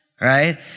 right